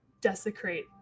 desecrate